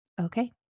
Okay